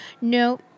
No